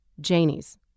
Janie's